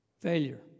failure